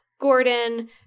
Gordon